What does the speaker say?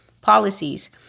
policies